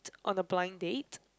on a blind date